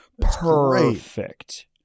Perfect